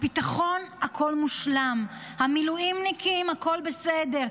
הביטחון, הכול מושלם, המילואימניקים, הכול בסדר.